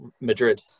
Madrid